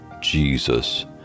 Jesus